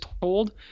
told